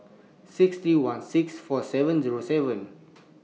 six three one six four seven Zero seven